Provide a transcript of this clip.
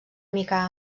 mica